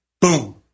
boom